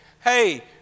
hey